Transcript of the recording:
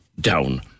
down